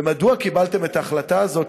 ומדוע קיבלתם את ההחלטה הזאת,